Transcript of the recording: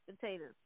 potatoes